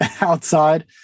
outside